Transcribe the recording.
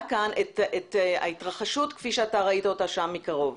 את ההתרחשות כפי שאתה ראית אותה שם מקרוב.